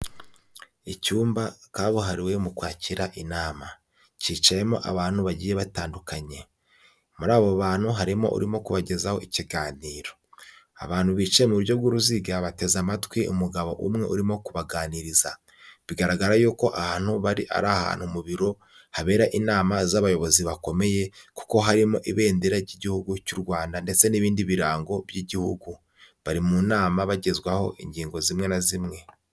Icyumba kabuhariwe mu kwakira inama. Kicayemo abantu bagiye batandukanye. Muri abo bantu harimo urimo kubagezaho ikiganiro. Abantu bicaye mu buryo bw'uruziga, bateze amatwi umugabo umwe urimo kubaganiriza. Bigaragara yuko ahantu bari ari ahantu mu biro, habera inama z'abayobozi bakomeye, kuko harimo ibendera ry'igihugu cy'u Rwanda ndetse n'ibindi birango by'Igihugu. Bari mu nama bagezwaho ingingo zimwe na zimwe.